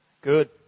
Good